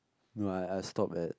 no I I stop at